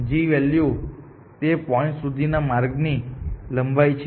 g value તે point સુધીના માર્ગની લંબાઈ છે